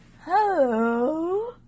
Hello